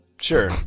sure